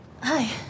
Hi